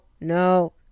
no